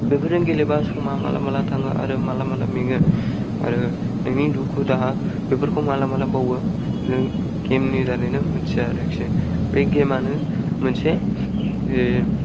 बेफोरजों गेलेबा समआ माला माला थाङो आरो माला माला मेङो आरो नोंनि दुखु दाहा बेफोरखौ माला माला बावो नों गेम नि दारैनो मोनथिया आरोखि बे गेम आनो मोनसे